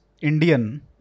Indian